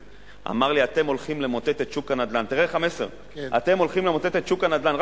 אמר לי: אתם הולכים למוטט את שוק הנדל"ן.